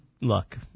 Look